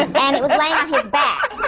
and it was laying on his back.